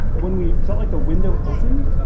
when we felt like the window opened,